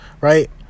right